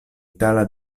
itala